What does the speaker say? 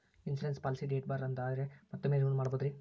Insurance policy date ಬಾರ್ ಆದರೆ ಮತ್ತೊಮ್ಮೆ ರಿನಿವಲ್ ಮಾಡಬಹುದ್ರಿ?